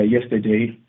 yesterday